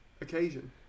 occasion